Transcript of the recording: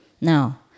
now